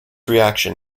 reaction